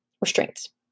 restraints